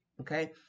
okay